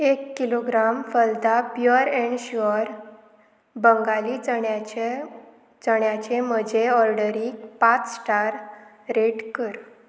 एक किलोग्राम फलदा pure and sure Bengali चण्याचें चण्याचे म्हजे ऑर्डरीक पांच स्टार रेट कर